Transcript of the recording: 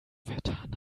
vertan